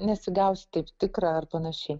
nesigaus taip tikra ar panašiai